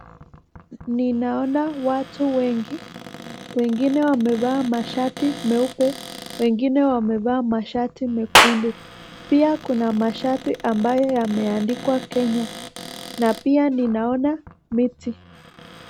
Ninaona watu wengi, wengine wamevaa mashati meupe, wengine wamevaa mashati mekundu. Pia kuna mashati ambayo yameandikwa Kenya. Na pia ninaona miti.